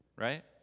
right